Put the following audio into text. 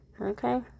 Okay